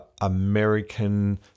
American